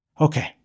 Okay